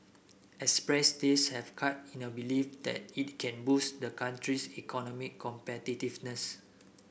excess days have cut in a belief that it can boost the country's economic competitiveness